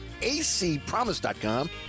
acpromise.com